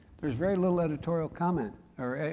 there's very little editorial comment or,